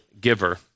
giver